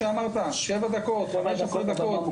זה לקח 7 דקות עד 15 דקות.